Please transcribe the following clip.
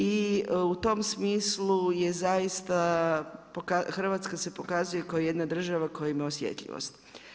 I u tom smislu zaista Hrvatska se pokazuje kao jedna država koja ima osjetljivost.